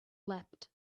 leapt